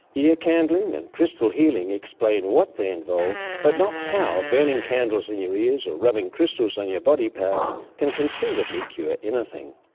ear candling and crystal healing explain what they involve but not how burning candles in your ears or rubbing crystals on your body parts can conceivably cure anything.